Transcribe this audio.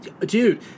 Dude